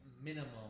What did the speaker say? minimum